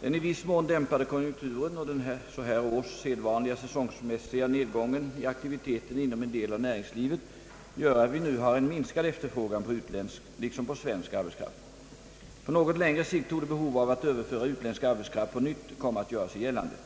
Den i viss mån dämpade konjunkturen och den så här års sedvanliga säsongmässiga nedgången i aktiviteten inom en del av näringslivet gör att vi nu har en minskad efterfrågan på utländsk — liksom på svensk — arbetskraft. På något längre sikt torde behov av att överföra utländsk arbetskraft på nytt komma att göra sig gällande.